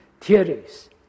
theories